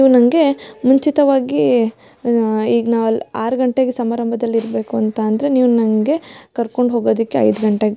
ನೀವು ನನಗೆ ಮುಂಚಿತವಾಗಿ ಈಗ್ ನಾವಲ್ಲಿ ಆರು ಗಂಟೆಗೆ ಸಮಾರಂಭದಲ್ಲಿ ಇರಬೇಕು ಅಂತ ಅಂದರೆ ನೀವು ನನಗೆ ಕರ್ಕೊಂಡು ಹೋಗೋದಕ್ಕೆ ಐದು ಗಂಟೆಗೆ